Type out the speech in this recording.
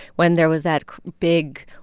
when there was that big,